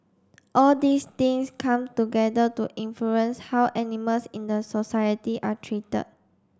all these things come together to influence how animals in the society are treated